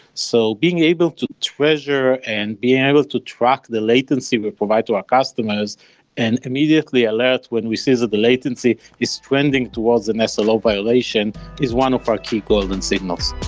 so being able to treasure and being able to track the latency we provide to our customers and immediately alert when we see that the latency is trending towards and an slo violation is one of our key goals and signals.